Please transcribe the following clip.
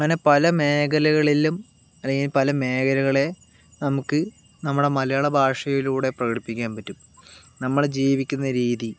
അങ്ങനെ പല മേഖലകളിലും അല്ലെങ്കിൽ പല മേഖലകളെ നമുക്ക് നമ്മുടെ മലയാള ഭാഷയിലൂടെ പ്രകടിപ്പിക്കാൻ പറ്റും നമ്മൾ ജീവിക്കുന്ന രീതി